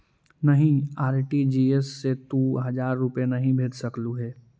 नहीं, आर.टी.जी.एस से तू हजार रुपए नहीं भेज सकलु हे